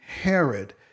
Herod